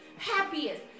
happiest